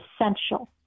essential